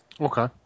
Okay